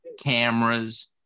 cameras